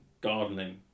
gardening